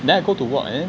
then I go to work and then